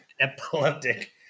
Epileptic